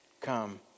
come